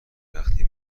وقتی